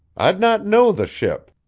i'd not know the ship.